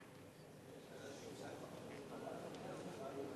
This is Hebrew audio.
חברי חברי הכנסת, בהערת אגב,